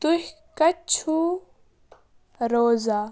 تُہۍ کَتہِ چھُو روزان